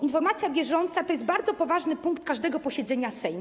Informacja bieżąca to jest bardzo ważny punkt każdego posiedzenia Sejmu.